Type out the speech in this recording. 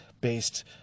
based